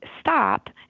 stop